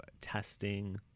testing